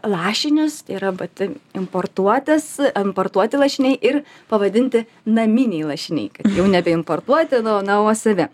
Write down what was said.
lašinius yra vat im importuotas importuoti lašiniai ir pavadinti naminiai lašiniai kad jau nebe importuoti na o na o savi